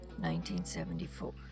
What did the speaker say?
1974